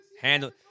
Handle